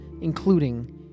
including